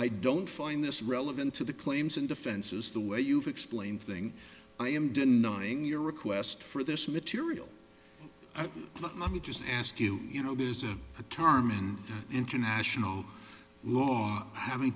i don't find this relevant to the claims and defenses the way you've explained thing i am denying your request for this material i would just ask you you know this is a term in international law having